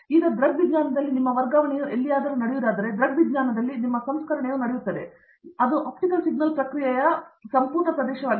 ಈಗ ದೃಗ್ವಿಜ್ಞಾನದಲ್ಲಿ ನಿಮ್ಮ ವರ್ಗಾವಣೆಯು ಎಲ್ಲಿಯಾದರೂ ನಡೆಯುವುದಾದರೆ ದೃಗ್ವಿಜ್ಞಾನದಲ್ಲಿ ನಿಮ್ಮ ಸಂಸ್ಕರಣೆಯು ನಡೆಯುತ್ತದೆ ಅದು ಆಪ್ಟಿಕಲ್ ಸಿಗ್ನಲ್ ಪ್ರಕ್ರಿಯೆಯ ಸಂಪೂರ್ಣ ಪ್ರದೇಶವಾಗಿದೆ